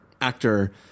actor